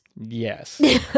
Yes